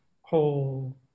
whole